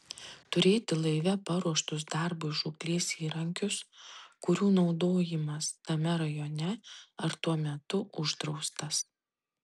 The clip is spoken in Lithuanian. turėti laive paruoštus darbui žūklės įrankius kurių naudojimas tame rajone ar tuo metu uždraustas